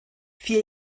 vier